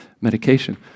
medication